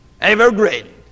Evergreen